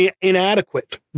inadequate